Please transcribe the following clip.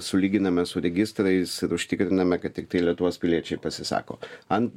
sulyginame su registrais ir užtikriname kad tiktai lietuvos piliečiai pasisako ant